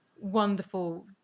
wonderful